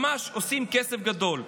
ממש עושים כסף גדול.